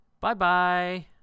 Bye-bye